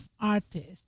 artists